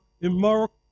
immoral